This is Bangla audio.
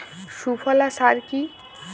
সুফলা সার কি?